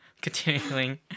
continuing